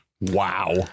Wow